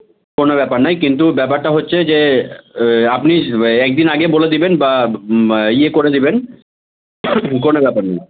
কোনো ব্যাপার নয় কিন্তু ব্যাপারটা হচ্ছে যে আপনি এক দিন আগে বলে দিবেন বা ইয়ে করে দিবেন কোনো ব্যাপার না